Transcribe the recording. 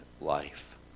life